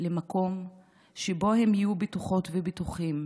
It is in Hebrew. למקום שבו הם יהיו בטוחות ובטוחים.